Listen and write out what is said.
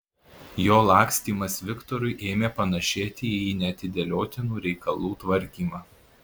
jo lakstymas viktorui ėmė panašėti į neatidėliotinų reikalų tvarkymą